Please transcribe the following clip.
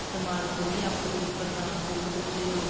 इस्तेमाल करियै अपडेट प्रदान करी सकदे ओ